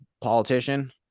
politician